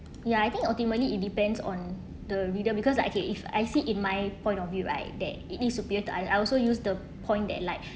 ya I think ultimately it depends on the reader because like okay if I see in my point of view right that it needs superior to I I also use the point that like